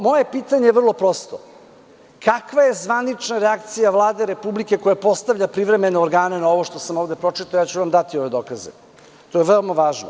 Moje pitanje je vrlo prosto, kakva je zvanična reakcija Vlade Republike koja postavlja privremene organe na ovo što sam ovde pročitao, ja ću vam dati ove dokaze, to je veoma važno?